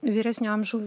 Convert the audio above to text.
vyresnio amžiau